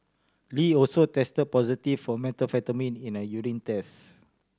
Lee also test positive for methamphetamine in a urine test